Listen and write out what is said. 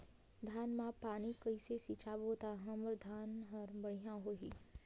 धान मा पानी कइसे सिंचबो ता हमर धन हर बढ़िया होही?